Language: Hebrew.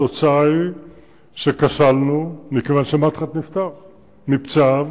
התוצאה היא שכשלנו מכיוון שמדחת נפטר מפצעיו,